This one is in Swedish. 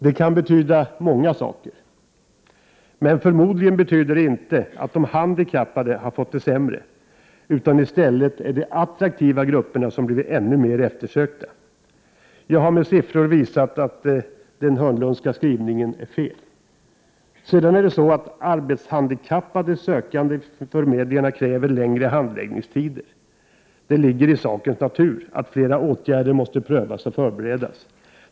Det kan betyda många saker, men förmodligen betyder det inte att de handikappade har fått det sämre utan att de attraktiva grupperna har blivit ännu mer eftersökta. Jag har med siffror visat att den Hörnlundska skrivningen är felaktig. Vidare är det så att arbetshandikappade sökande vid förmedlingarna kräver längre handläggningstider; det ligger i sakens natur att fler åtgärder måste prövas och förberedas.